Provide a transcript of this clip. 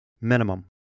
Minimum